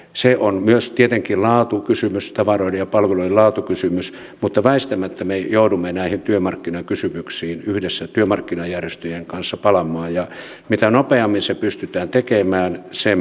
se on tietenkin myös tavaroiden ja palveluiden laatukysymys mutta väistämättä me joudumme näihin työmarkkinakysymyksiin yhdessä työmarkkinajärjestöjen kanssa palaamaan ja mitä nopeammin se pystytään tekemään sen parempi